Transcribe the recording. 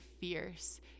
fierce